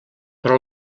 però